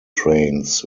trains